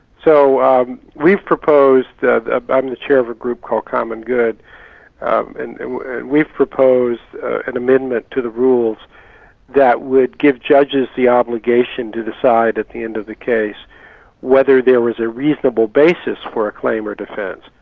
so we've proposed that ah i'm the chair of a group called common good and we've proposed an amendment to the rules that would give judges the obligation to decide at the end of the case whether there was a reasonable basis for a claim or defence,